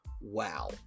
Wow